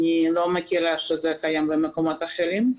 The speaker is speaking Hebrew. אני לא מכירה שזה קיים במקומות אחרים.